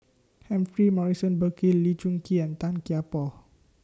Humphrey Morrison Burkill Lee Choon Kee and Tan Kian Por